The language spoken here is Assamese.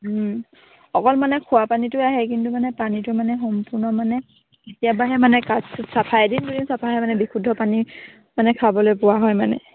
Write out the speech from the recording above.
অকল মানে খোৱা পানীটোৱে আহে কিন্তু মানে পানীটো মানে সম্পূৰ্ণ মানে কেতিয়াবাহে মানে কাৎচিত চাফা এদিন দুদিন চাফা আহে মানে বিশুদ্ধ পানী মানে খাবলৈ পোৱা হয় মানে